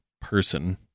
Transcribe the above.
person